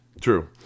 True